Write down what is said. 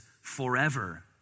forever